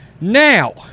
Now